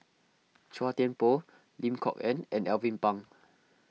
Chua Thian Poh Lim Kok Ann and Alvin Pang